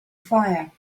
fire